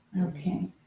okay